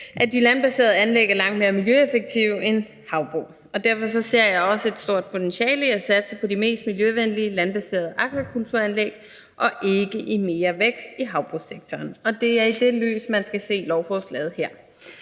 at de landbaserede anlæg er langt mere miljøeffektive end havbrug, og derfor ser jeg også et stort potentiale i at satse på de mest miljøvenlige landbaserede akvakulturanlæg og ikke i mere vækst i havbrugssektoren. Og det er i det lys, man skal se lovforslaget her.